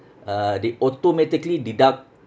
uh they automatically deduct